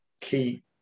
key